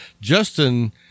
justin